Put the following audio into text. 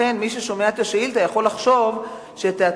מי ששומע את השאילתא יכול לחשוב שתיאטרון